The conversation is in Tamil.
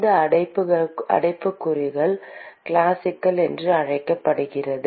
இந்த அடைப்புக்குறிக்குள் கிளாசிக்கல் என அழைக்கப்படுகிறது